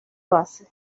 base